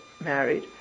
married